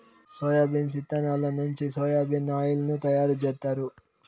soybeans ఇత్తనాల నుంచి soya bean oil ను తయారు జేత్తారు